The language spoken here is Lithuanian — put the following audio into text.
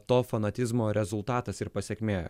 to fanatizmo rezultatas ir pasekmė